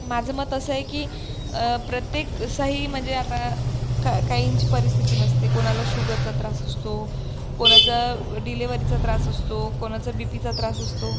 माझं मत असं आहे की प्रत्येक सही म्हणजे आता काहींची परिस्थिती नसते कोणाला शुगरचा त्रास असतो कोणाचा डिलिव्हरीचा त्रास असतो कोणाचा बीपीचा त्रास असतो